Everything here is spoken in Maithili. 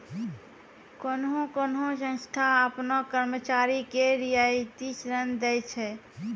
कोन्हो कोन्हो संस्था आपनो कर्मचारी के रियायती ऋण दै छै